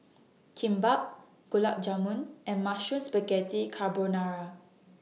Kimbap Gulab Jamun and Mushroom Spaghetti Carbonara